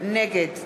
נגד